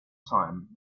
time